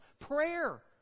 Prayer